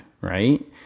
right